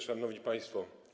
Szanowni Państwo!